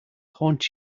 haunt